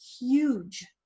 huge